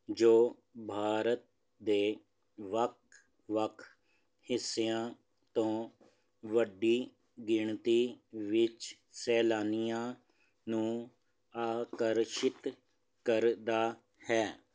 ਜੋ ਭਾਰਤ ਦੇ ਵੱਖ ਵੱਖ ਹਿੱਸਿਆਂ ਤੋਂ ਵੱਡੀ ਗਿਣਤੀ ਵਿੱਚ ਸੈਲਾਨੀਆਂ ਨੂੰ ਆਕਰਸ਼ਿਤ ਕਰਦਾ ਹੈ